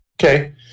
Okay